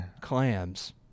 clams